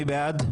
מי בעד?